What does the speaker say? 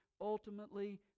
ultimately